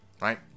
Right